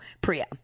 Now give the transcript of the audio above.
Priya